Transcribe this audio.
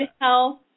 Health